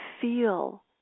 feel